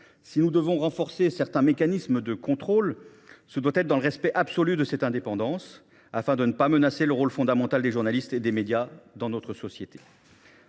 Si nous devons renforcer certains mécanismes de contrôle, ce doit être dans le respect absolu de cette indépendance, afin de ne pas menacer le rôle fondamental des journalistes et des médias dans notre société.